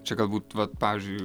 čia galbūt vat pavyzdžiui